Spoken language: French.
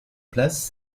place